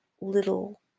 little